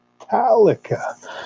Metallica